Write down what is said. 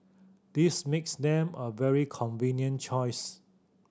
this makes them a very convenient choice